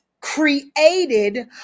created